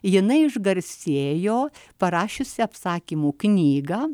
jinai išgarsėjo parašiusi apsakymų knygą